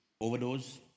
Overdose